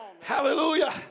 hallelujah